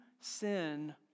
sin